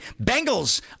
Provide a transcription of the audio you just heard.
Bengals